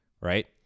Right